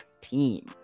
team